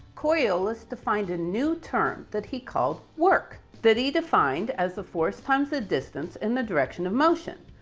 coriolis defined a new term that he called work, that he defined as the force times the distance and the direction of motion.